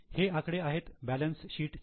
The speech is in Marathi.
हे आकडे आहेत बॅलन्स शीट चे